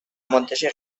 منتشر